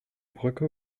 brücke